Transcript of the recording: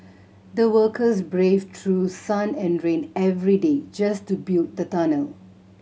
the workers braved through sun and rain every day just to build the tunnel